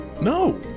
No